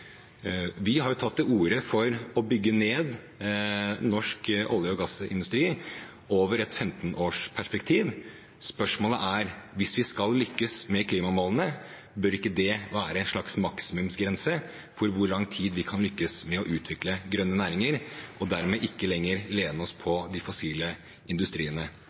Vi har tatt til orde for å bygge ned norsk olje- og gassindustri over et 15-årsperspektiv. Spørsmålet er: Hvis vi skal lykkes med klimamålene, bør ikke det være en slags maksimumsgrense for hvor lang tid vi har på oss for å lykkes med å utvikle grønne næringer og dermed ikke lenger måtte lene oss på de fossile